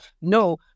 No